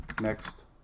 next